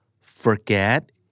forget